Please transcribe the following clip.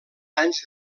anys